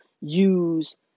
use